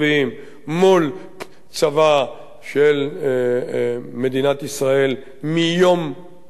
מול צבא של מדינת ישראל מיום לידתה